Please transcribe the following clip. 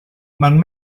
mewn